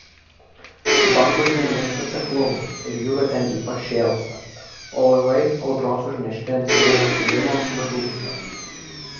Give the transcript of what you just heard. bangos nemėgsta seklumų ir jūra ten ypač šėlsta o laivai audros užnešti ant smėlio kilimo žūsta